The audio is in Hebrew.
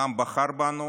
העם בחר בנו